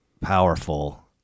powerful